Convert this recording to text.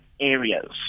areas